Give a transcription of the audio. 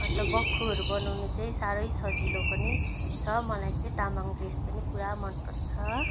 अन्त बक्खुहरू बनाउनु चाहिँ साह्रो सजिलो पनि छ मलाई चाहिँ तामाङ ड्रेस पनि पुरा मन पर्छ